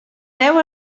seu